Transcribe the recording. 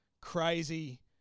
crazy